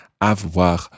avoir